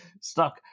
Stuck